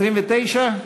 הסתייגות 29,